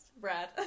Brad